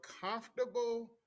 comfortable